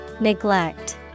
neglect